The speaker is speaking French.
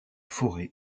fauré